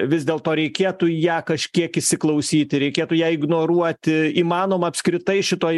vis dėlto reikėtų ją kažkiek įsiklausyti reikėtų ją ignoruoti įmanoma apskritai šitoj